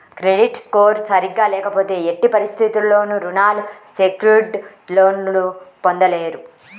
credit score సరిగ్గా లేకపోతే ఎట్టి పరిస్థితుల్లోనూ రుణాలు సెక్యూర్డ్ లోన్లు పొందలేరు